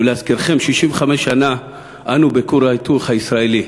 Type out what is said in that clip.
ולהזכירכם, 65 שנה אנו בכור ההיתוך הישראלי,